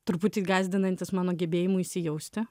truputį gąsdinantis mano gebėjimu įsijausti